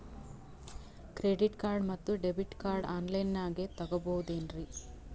Credit card ಮತ್ತು debit card ಆನ್ ಲೈನಾಗ್ ತಗೋಬಹುದೇನ್ರಿ?